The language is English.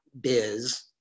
Biz